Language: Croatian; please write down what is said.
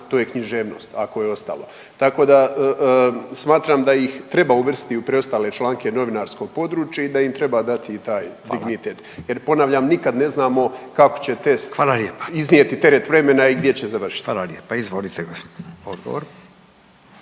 to je književnost ako je ostalo. Tako da smatram da ih treba uvrstiti u preostale članke novinarsko područje i da im treba dati taj dignitet …/Upadica: Hvala./… jer ponavljam nikad ne znamo kako će te iznijeti …/Upadica: Hvala lijepa./… teret